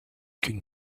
can